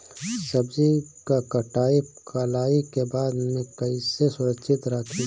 सब्जी क कटाई कईला के बाद में कईसे सुरक्षित रखीं?